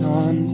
on